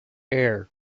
air